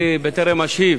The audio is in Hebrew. בטרם אשיב